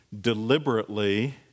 deliberately